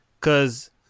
Cause